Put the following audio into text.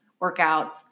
workouts